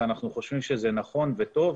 ואנחנו חושבים שזה נכון וטוב.